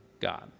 God